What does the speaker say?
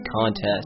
contest